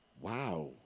Wow